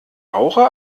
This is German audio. rauche